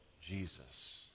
Jesus